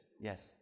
Yes